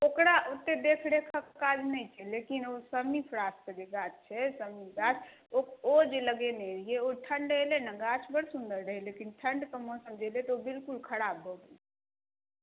ओकरा ओतेक देख रेखक काज नहि छै लेकिन ओ शमी प्रास कऽ जे गाछ छै शमी गाछ ओ ओ जे लगेने रहियै ओ ठण्ढ एलै ने गाछ बड़ सुन्दर रहै लेकिन ठण्ढ कऽ मौसम जे एलै तऽ ओ बिलकुल खराब भऽ गेल